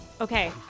Okay